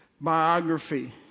biography